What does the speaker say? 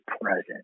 present